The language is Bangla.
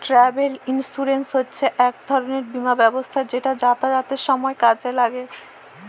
ট্রাভেল ইন্সুরেন্স হচ্ছে এক রকমের বীমা ব্যবস্থা যেটা যাতায়াতের সময় কাজে লাগে